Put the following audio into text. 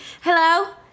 Hello